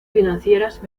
financieras